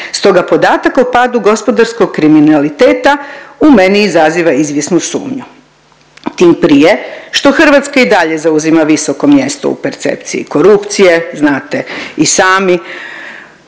Stoga podatak o padu gospodarskog kriminaliteta u meni izaziva izvjesnu sumnju, tim prije što Hrvatska i dalje zauzima visoko mjesto u percepciji korupcije, znate i sami.